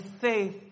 faith